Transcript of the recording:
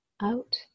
out